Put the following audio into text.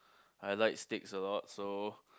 I like steaks a lot so